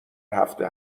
هفته